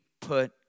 put